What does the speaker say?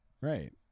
Right